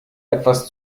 etwas